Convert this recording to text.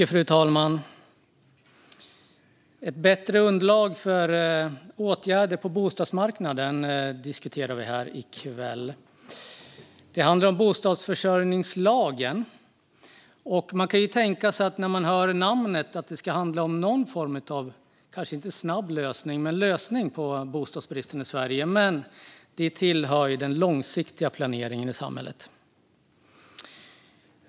Fru talman! Ett bättre underlag för åtgärder på bostadsmarknaden diskuterar vi här i kväll. Det handlar om bostadsförsörjningslagen, och när man hör namnet kan man tänka sig att det ska handla om någon form av kanske inte snabb lösning men dock lösning på bostadsbristen i Sverige. Det tillhör dock den långsiktiga planeringen i samhället.